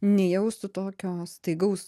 nejaustų tokio staigaus